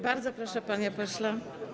Bardzo proszę, panie pośle.